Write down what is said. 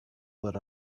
lit